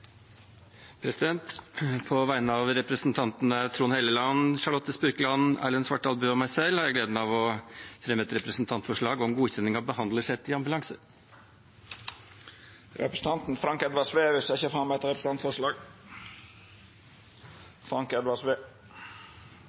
På vegne av representantene Trond Helleland, Charlotte Spurkeland, Erlend Svardal Bøe og meg selv har jeg gleden av å fremme et representantforslag om godkjenning av behandlersete i ambulanse. Representanten Frank Edvard Sve vil setja fram eit representantforslag. Eg har gleda av å fremje eit representantforslag